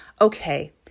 Okay